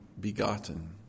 begotten